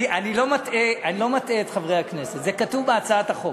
אני לא מטעה את חברי הכנסת, זה כתוב בהצעת החוק.